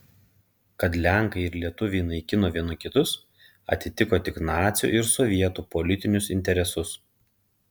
kad lenkai ir lietuviai naikino vieni kitus atitiko tik nacių ir sovietų politinius interesus